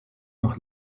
nach